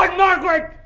like margaret!